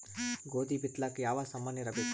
ಗೋಧಿ ಬಿತ್ತಲಾಕ ಯಾವ ಸಾಮಾನಿರಬೇಕು?